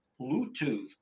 Bluetooth